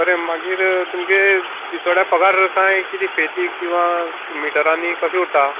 बरें मागीर तुमगे दिसोड्या पगार कांय कितें फेती किंवा मिटरांनी कशें उरता